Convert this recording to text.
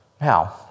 Now